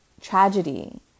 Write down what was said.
tragedy